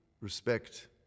respect